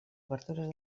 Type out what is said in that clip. obertures